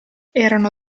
erano